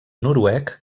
noruec